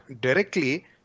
directly